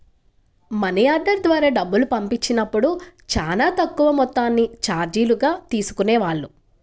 money order ద్వారా డబ్బులు పంపించినప్పుడు చానా తక్కువ మొత్తాన్ని చార్జీలుగా తీసుకునేవాళ్ళు